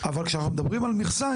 אבל כשאנחנו מדברים על מכסה,